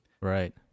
Right